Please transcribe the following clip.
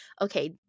okay